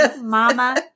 mama